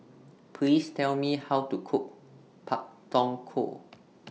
Please Tell Me How to Cook Pak Thong Ko